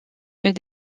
est